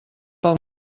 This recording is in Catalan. pel